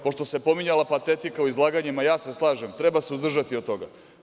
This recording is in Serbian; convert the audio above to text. Pošto se pominjala patetika u izlaganjima, slažem se, treba se uzdržati od toga.